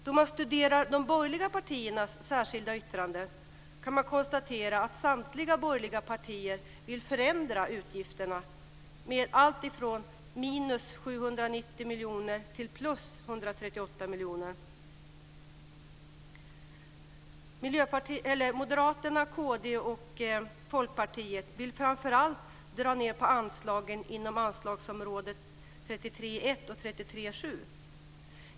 Då man studerar de borgerliga partiernas särskilda yttrande kan man konstatera att samtliga borgerliga partier vill förändra anslagen. Man föreslår alltifrån Moderaterna, kd och Folkpartiet vill framför allt dra ned på anslagen inom anslagsområde 33:1 och 33:7.